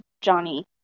Johnny